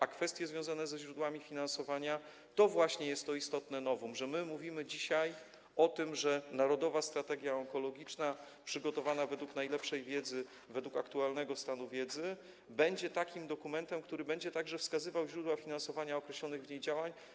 A kwestie związane ze źródłami finansowania to właśnie jest to istotne novum, że my mówimy dzisiaj o tym, że Narodowa Strategia Onkologiczna przygotowana według najlepszej wiedzy, według aktualnego stanu wiedzy będzie takim dokumentem, który będzie także wskazywał źródła finansowania określonych w niej działań.